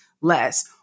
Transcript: less